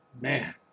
Man